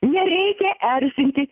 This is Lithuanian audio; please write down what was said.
nereikia erzinti